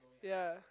ya